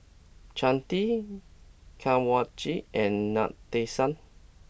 Chandi Kanwaljit and Nadesan